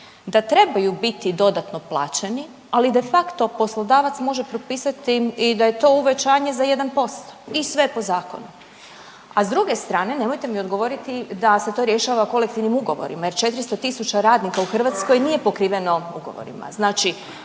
da trebaju biti dodatno plaćeni ali de facto poslodavac može propisati i da je to uvećanje za 1% i sve je po zakonu. A s druge strane nemojte mi odgovoriti da se to rješava kolektivnim ugovorima jer 400.000 radnika u Hrvatskoj nije pokriveno ugovorima.